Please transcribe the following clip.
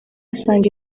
asanga